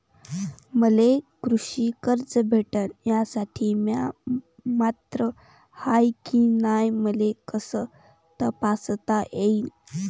मले कृषी कर्ज भेटन यासाठी म्या पात्र हाय की नाय मले कस तपासता येईन?